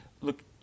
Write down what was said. look